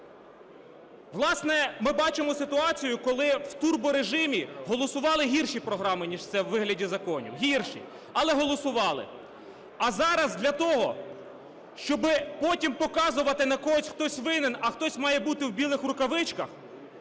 Власне, ми бачимо ситуацію, коли в турборежимі голосували гірші програми, ніж ця, у вигляді законів, гірші, але голосували. А зараз для того, щоби потім показувати на когось, хтось винен, а хтось має бути в білих рукавичках,